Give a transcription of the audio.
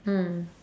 mm